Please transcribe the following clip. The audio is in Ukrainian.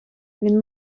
він